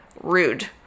rude